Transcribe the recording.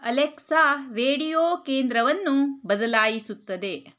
Alexa radio ಕೇಂದ್ರವನ್ನು ಬದಲಾಯಿಸುತ್ತದೆ